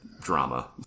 drama